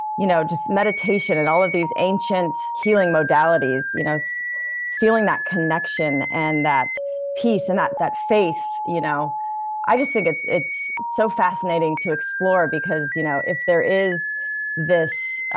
you know just meditation and all of these ancient healing modalities, you know so feeling that connection and that peace and that that faith. you know i just think it's it's so fascinating to explore, because you know if there is this